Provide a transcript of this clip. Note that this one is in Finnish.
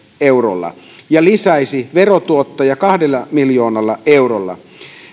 eurolla ja lisäisi verotuottoja kahdella miljoonalla eurolla